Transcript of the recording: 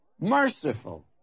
merciful